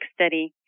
study